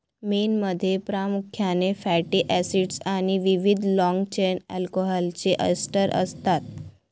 मेणमध्ये प्रामुख्याने fatty acids आणि विविध लाँग चेन अल्कोहोलचे एस्टर असतात